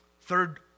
Third